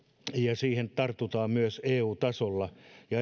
siihen tartutaan myös eu tasolla ja